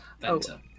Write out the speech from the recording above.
Venter